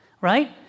right